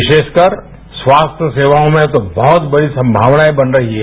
विशेषकर स्वास्थ्य सेवाओं में तो बहुत बझी संगवनाएं बन रही हैं